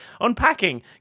Unpacking